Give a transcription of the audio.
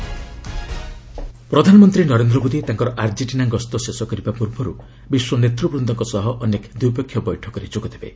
PM ପ୍ରଧାନମନ୍ତ୍ରୀ ନରେନ୍ଦ୍ର ମୋଦି ତାଙ୍କର Argentina ଗସ୍ତ ଶେଷ କରିବା ପୂର୍ବରୁ ବିଶ୍ୱ ନେତୃବ୍ଦଙ୍କ ସହ ଅନେକ ଦ୍ୱିପକ୍ଷିୟ ବୈଠକରେ ଯୋଗ ଦେବେ